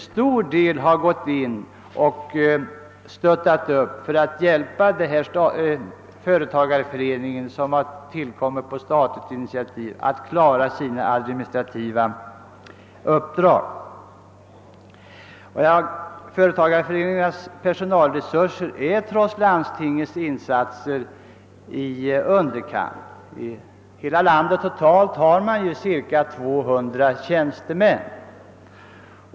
Landstinget har till stor del gått in för att hjälpa företagareföreningarna, som tillkommit på statligt initiativ, att fullgöra sina administrativa uppdrag. Företagareföreningarnas personalresurser är trots landstingets insatser i underkant. I hela landet finns totalt ca 200 tjänstemän.